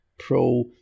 pro